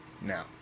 now